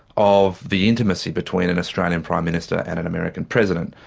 of the intimacy between an australian prime minister and an american president.